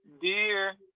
dear